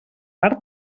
per